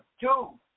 Two